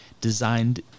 designed